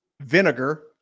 vinegar